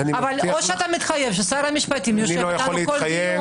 או שאתה מתחייב ששר המשפטים יושב איתנו בכל דיון.